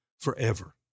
forever